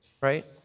right